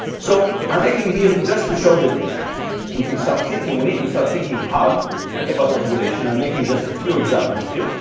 so i'm making here just to show that we can start thinking. we need to start thinking how about regulation? i'm making just a few examples here.